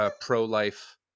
pro-life